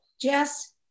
Jess